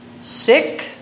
sick